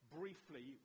briefly